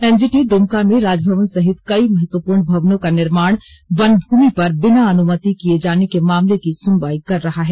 NGT Dumka में राजभवन सहित कई महत्वपूर्ण भवनों का निर्माण वन भूमि पर बिना अनुमति किए जाने के मामले की सुनवाई कर रहा है